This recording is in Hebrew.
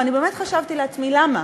אני באמת חשבתי לעצמי: למה?